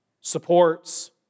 supports